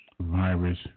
virus